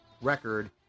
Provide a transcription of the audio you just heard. record